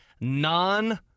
non